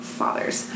fathers